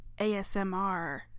ASMR